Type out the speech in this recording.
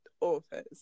authors